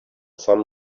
some